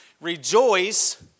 Rejoice